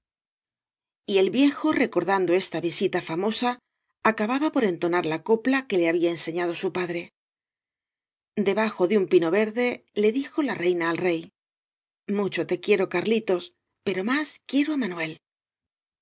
y el viejo recordando esta visita famosa acababa por entonar la copla que le babía enseñado bu padre dobajo de un pino verde le dijo la reina al rey mucho te quiero garlitos pero más quiero á manuel